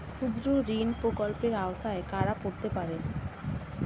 ক্ষুদ্রঋণ প্রকল্পের আওতায় কারা পড়তে পারে?